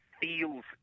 feels